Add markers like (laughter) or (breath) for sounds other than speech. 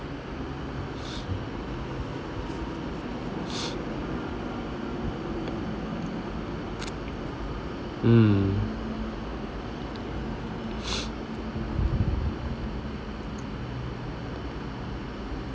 mm (breath)